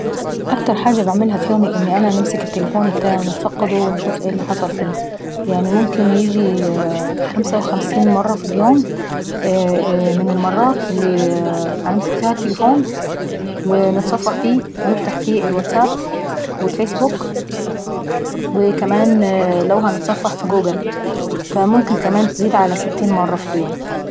اكتر حاجة باعملها ف يومي ان انا نمسك التليفون ابتاعي نتفقده ونشوف ايه اللي حصل فيه. يعني ممكن ييجي خمسة وخمسين مرة في اليوم من المرات اللي بامسك فيها التليفون، ونتصفح فيه ونفتح فيه الواتساب والفيسبوك وكمان لو هنتصفح في جوجل. فممكن برضه تزيد على ستين مرة في اليوم.